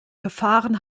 verfahren